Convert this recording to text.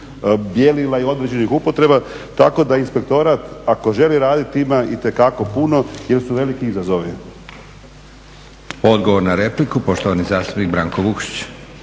bijelila i određenih upotreba tako da inspektorat ako želi raditi ima itekako puno jer su veliki izazovi. **Leko, Josip (SDP)** Odgovor na repliku, poštovani zastupnik Branko Vukšić.